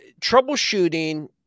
troubleshooting